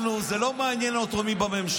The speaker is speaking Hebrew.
אנחנו, זה לא מעניין אותנו מי בממשלה.